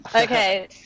Okay